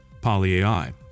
PolyAI